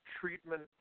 treatment